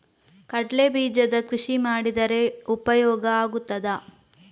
ಕಡ್ಲೆ ಬೀಜದ ಕೃಷಿ ಮಾಡಿದರೆ ಉಪಯೋಗ ಆಗುತ್ತದಾ?